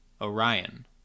Orion